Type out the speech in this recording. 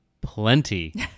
plenty